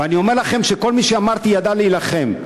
ואני אומר לכם שכל מי שאמרתי, ידע להילחם.